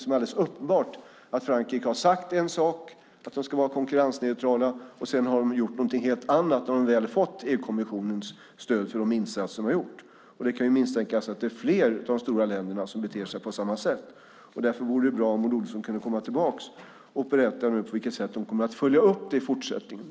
Det är alldeles uppenbart att Frankrike har sagt en sak, att de ska vara konkurrensneutrala, och sedan gjort någonting annat när de väl fått EU-kommissionens stöd för insatserna. Det kan misstänkas att det är fler av de stora länderna som beter sig på samma sätt. Därför vore det bra om Maud Olofsson kunde komma tillbaka och berätta på vilket sätt hon kommer att följa upp detta i fortsättningen.